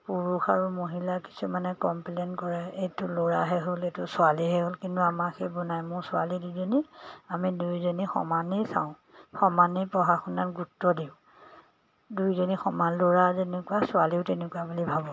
পুৰুষ আৰু মহিলা কিছুমানে কমপ্লেইন কৰে এইটো ল'ৰাহে হ'ল এইটো ছোৱালীহে হ'ল কিন্তু আমাৰ সেইবোৰ নাই মোৰ ছোৱালী দুজনী আমি দুইজনী সমানেই চাওঁ সমানেই পঢ়া শুনাত গুৰুত্ব দিওঁ দুইজনী সমান ল'ৰা যেনেকুৱা ছোৱালীও তেনেকুৱা বুলি ভাবোঁ